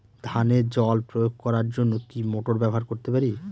ধানে জল প্রয়োগ করার জন্য কি মোটর ব্যবহার করতে পারি?